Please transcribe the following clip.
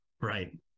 right